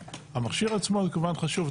המכשיר עצמו הוא כמובן חשוב,